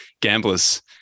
gamblers